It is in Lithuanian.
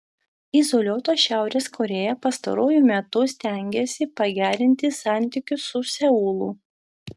izoliuota šiaurės korėja pastaruoju metu stengiasi pagerinti santykius su seulu